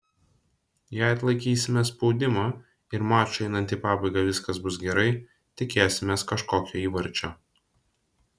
jei atlaikysime spaudimą ir mačui einant į pabaigą viskas bus gerai tikėsimės kažkokio įvarčio